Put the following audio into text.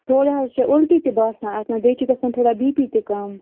تھوڑا حظ چھِ اُلٹی تہِ بسان اَتھ منٛز بیٚیہِ چھُ گَژھان تھوڑا بی پی تہِ کَم